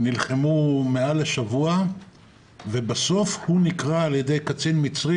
הם נלחמו יותר משבוע ובסוף הוא נקרא על ידי קצין מצרי